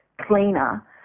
cleaner